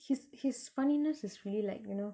his his funniness is really like you know